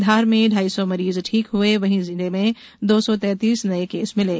धार में ढाई सौ मरीज ठीक हुए वहीं जिले में दो सौ तैतीस नये केस मिले